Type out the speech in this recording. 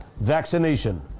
vaccination